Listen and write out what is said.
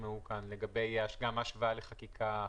לגבי ההשוואה לחקיקה אחרת?